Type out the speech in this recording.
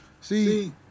See